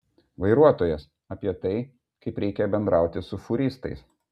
vairuotojas apie tai kaip reikia bendrauti su fūristais